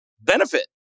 benefit